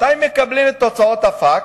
מתי מקבלים את תוצאות הפקס?